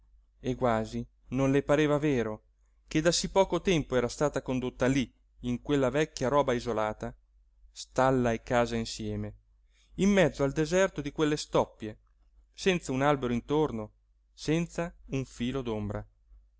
e quasi non le pareva vero che da sí poco tempo era stata condotta lí in quella vecchia roba isolata stalla e casa insieme in mezzo al deserto di quelle stoppie senz'un albero intorno senza un filo